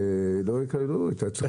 שלא יאחלו לזה.